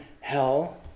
hell